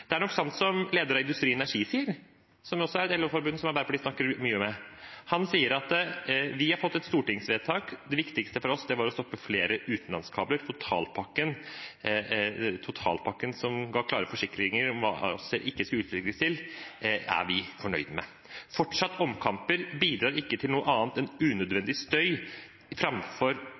fått et stortingsvedtak, at det viktigste for dem var å stoppe flere utenlandskabler, og at totalpakken som ga klare forsikringer om hva ACER ikke skulle utbygges til, er de fornøyd med. Fortsatte omkamper bidrar ikke til noe annet enn unødvendig støy framfor